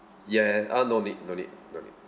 ya ya ah no need no need no need